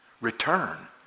Return